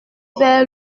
vers